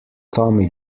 tommy